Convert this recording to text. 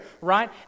right